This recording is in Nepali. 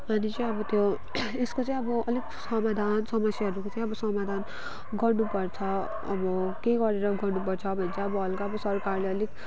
अनि चाहिँ अब यो यसको चाहिँ अब अलिक समाधान समस्याहरूको चाहिँ अब समाधान गर्नु पर्छ अब के गरेर गर्नु पर्छ भने चाहिँ अब हल्का अब सरकारले अलिक